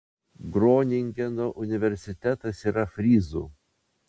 groningeno universitetas yra fryzų